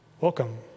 Welcome